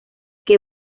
que